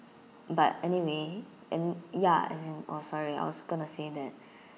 but anyway and ya as in oh sorry I was going to say that